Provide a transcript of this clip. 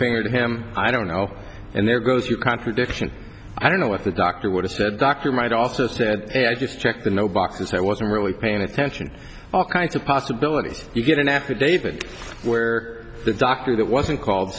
finger to him i don't know and there goes your contradiction i don't know what the doctor would have said doc you might also say that i just checked the no boxes i wasn't really paying attention all kinds of possibilities you get an affidavit where the doctor that wasn't called